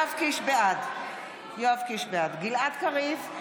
בעד גלעד קריב,